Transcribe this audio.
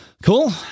Cool